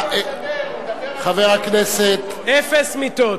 אפס מיטות.